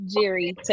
Jerry